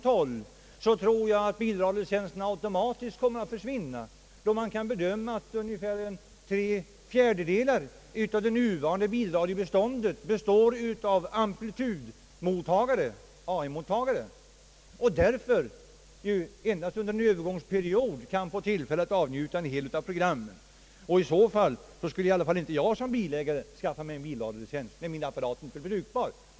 12 tror att bilradiolicensen automatiskt kommer att försvinna, då man kan bedöma att ungefär tre fjärdedelar av det nuvarande bilradiobeståndet består av amplitudmottagare, AM-mottagare, och därför endast under en övergångsperiod kan få möjlighet att avnjuta programmen. Under sådana förhållanden skulle i varje fall inte jag som bilägare skaffa mig en bilradiolicens med en apparat som särskilt är avsedd för ändamålet.